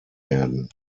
werden